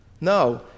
No